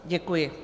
Děkuji.